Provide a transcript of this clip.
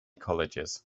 colleges